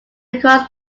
across